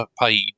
paid